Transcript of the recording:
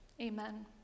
amen